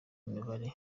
imibare